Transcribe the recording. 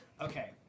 okay